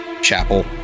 chapel